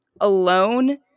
alone